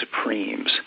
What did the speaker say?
Supremes